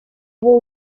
его